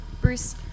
Bruce